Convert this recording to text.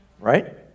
Right